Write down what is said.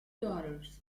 daughters